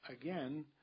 Again